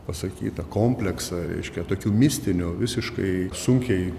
pasakyta kompleksą reiškia tokių mistinių visiškai sunkiai